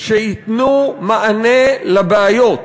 שייתנו מענה לבעיות,